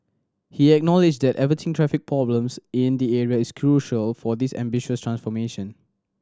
he acknowledged that averting traffic problems in the area is crucial for this ambitious transformation